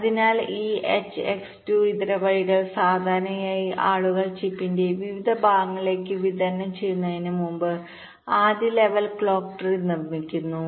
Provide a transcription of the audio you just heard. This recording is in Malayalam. അതിനാൽ ഈ H X 2 ഇതര വഴികൾ സാധാരണയായി ആളുകൾ ചിപ്പിന്റെ വിവിധ ഭാഗങ്ങളിലേക്ക് വിതരണം ചെയ്യുന്നതിന് മുമ്പ് ആദ്യ ലെവൽ ക്ലോക്ക് ട്രീ നിർമ്മിക്കുന്നു